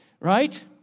Right